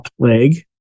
plague